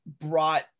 brought